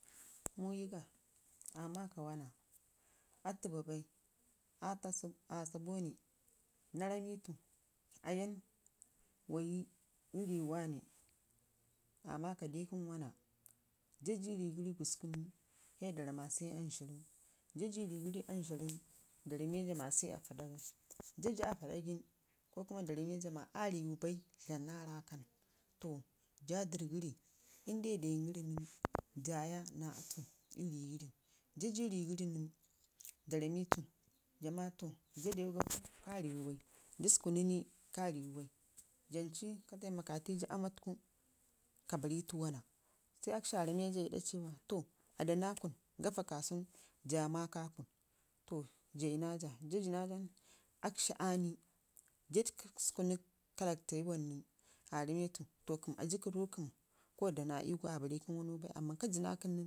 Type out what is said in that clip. Muwii ga aa maaka wanna atu babai aa sa bone, na ramitu wayi ii rii wane aa maaka dikəm wanna jaa jii rii gəri duskun sai da ram ma sai anzharu, jaa jei riigəri anzharam sai da ramma maa sai affa ɗagmi jaa ju affaɗai nən sai da ramma aa riwu bai dlam na rakan to jaa dərr gərri inde dengəri nən, jaya naa atu ii riigəri ja dew ii rigəri nen jaa ma to janai ka taima kaci ii aama taku ka baritu wana sai akshi aa rame jan ma, to adana kun sai gafa kasau jaa maka kun, to jayi naa jaa, jaa jena nən akshi aa nii jaa sukunu kalak te wam nən, to aa rame tu aji kəm ru kəm koda na iyu au aa barri kəm wanau bai, amma ka ji kəm.